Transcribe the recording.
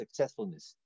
successfulness